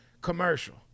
commercial